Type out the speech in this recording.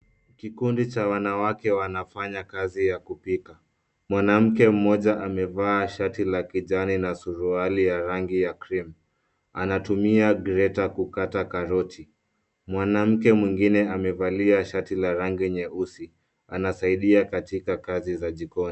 Kikundi cha wanawake wanafanya kazi ya kupika. Mwanamke mmoja amevaa shati ya kijani na suruali ya rangi ya cream . Anatumia greater kukata karoti. Mwanamke mwengine amevalia shati la rangi nyeusi anasaidia katika kazi za jikoni.